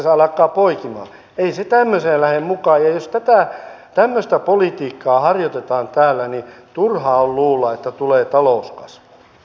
ei se tämmöiseen lähde mukaan ja jos tätä tämmöistä politiikkaa harjoitetaan täällä niin turha on luulla että tulee talouskasvua